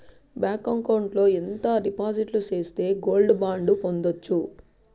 Bank account లో ఎంత డిపాజిట్లు సేస్తే గోల్డ్ బాండు పొందొచ్చు?